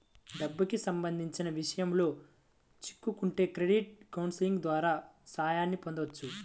డబ్బుకి సంబంధించిన విషయాల్లో చిక్కుకుంటే క్రెడిట్ కౌన్సిలింగ్ ద్వారా సాయాన్ని పొందొచ్చు